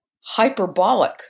hyperbolic